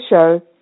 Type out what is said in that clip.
Show